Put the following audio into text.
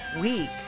week